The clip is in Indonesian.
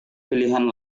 pilihan